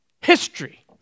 History